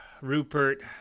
Rupert